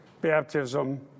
baptism